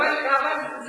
אבל זה יכול,